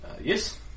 Yes